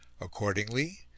Accordingly